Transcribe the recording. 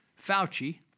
Fauci